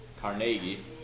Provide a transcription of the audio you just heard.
Carnegie